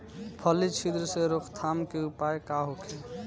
फली छिद्र से रोकथाम के उपाय का होखे?